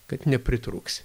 kad nepritrūks